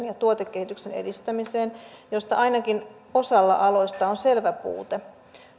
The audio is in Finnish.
ja tuotekehityksen edistämiseen josta ainakin osalla aloista on selvä puute